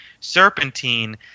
serpentine